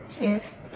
Yes